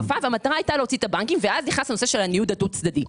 והמטרה הייתה להוציא את הבנקים ואז נכנס נושא הניוד הדו צדדי.